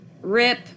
rip